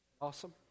Awesome